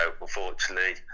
unfortunately